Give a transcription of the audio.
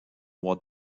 mois